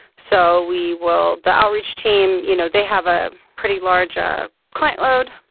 so we will. the outreach team you know they have a pretty large ah client load.